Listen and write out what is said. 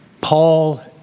Paul